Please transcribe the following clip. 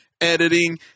Editing